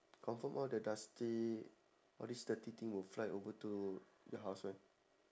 confirm all the dusty all this dirty thing will fly to your house [one]